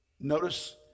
Notice